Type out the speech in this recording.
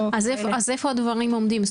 אז איפה הדברים עומדים?